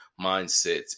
mindsets